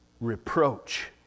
reproach